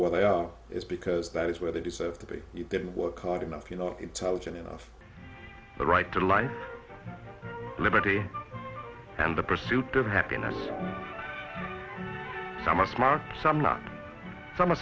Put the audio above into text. what they are is because that is where they deserve to be you didn't work hard enough you know intelligent enough the right to life liberty and the pursuit of happiness i must mark some not so much